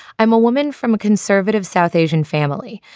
i'm a woman from a conservative south asian family.